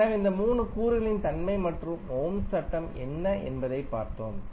எனவே இந்த 3 கூறுகளின் தன்மை மற்றும் ஓம்ஸ் சட்டம் என்ன என்பதையும் பார்த்தோம்